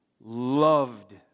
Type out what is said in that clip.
loved